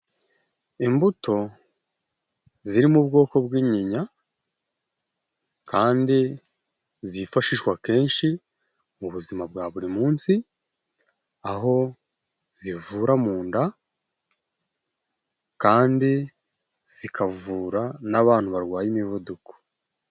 Imbuto ziri mu bwoko bw'inyinya kandi zifashishwa kenshi, mu buzima bwa buri munsi. Aho zivura mu nda kandi, zikavura n'abantu barwaye imivuduko.